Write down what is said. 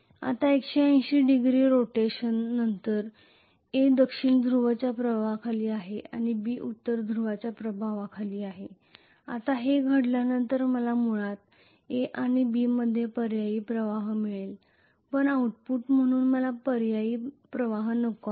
आता 180 degree rotation नंतर A दक्षिण ध्रुवच्या प्रभावाखाली आहे आणि B उत्तर ध्रुवच्या प्रभावाखाली आहे आता हे घडल्यानंतर मला मुळात A आणि B मध्ये पर्यायी प्रवाह मिळेल पण आउटपुट म्हणून मला पर्यायी प्रवाह नको आहे